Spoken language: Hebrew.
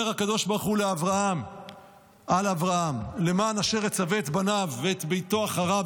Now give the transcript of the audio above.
אומר הקדוש ברוך הוא על אברהם: "למען אשר יצוה את בניו ואת ביתו אחריו,